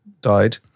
died